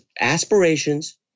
aspirations